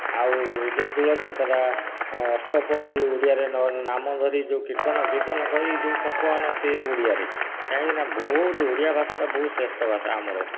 ଆଉ ଯେଉଁ ଦୋଳଯାତ୍ରା ଅଷ୍ଟପ୍ରହରୀ ଓଡ଼ିଆରେ ନାମ ଧରି ଯେଉଁ କୀର୍ତ୍ତନ ଫିର୍ତ୍ତନ କରି ଯେଉଁ କମ୍ପମାନ ସେ ଓଡ଼ିଆରେ କାହିଁକିନା ବହୁତ ଓଡ଼ିଆ ଭାଷାଟା ବହୁତ ଶ୍ରେଷ୍ଠ ଭାଷା ଆମର